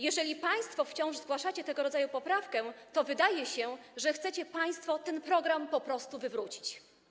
Jeżeli państwo wciąż zgłaszacie tego rodzaju poprawkę, to wydaje się, że chcecie państwo ten program po prostu wywrócić.